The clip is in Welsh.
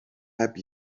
heb